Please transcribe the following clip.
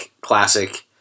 classic